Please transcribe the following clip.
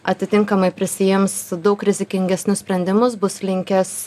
atitinkamai prisiims daug rizikingesnius sprendimus bus linkęs